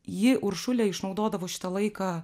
ji uršulė išnaudodavo šitą laiką